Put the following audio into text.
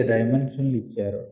వివిధ డైమెన్షన్ లు ఇచ్చారు